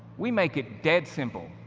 we make it dead simple.